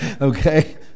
okay